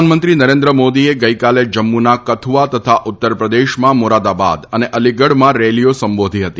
પ્રધાનમંત્રી નરેન્દ્ર મોદીએ ગઈકાલે જમ્મુના કથુઆ તથા ઉત્તર પ્રદેશમાં મોરાદાબાદ અને અલીગઢમાં રેલીઓ સંબોધી હતી